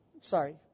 Sorry